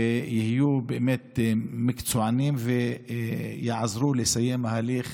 יהיו באמת מקצוענים ויעזרו לסיים ההליך